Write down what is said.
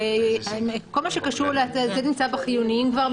כל מה שקשור, זה נמצא בחיוניים כבר,